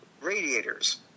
radiators